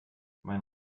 mein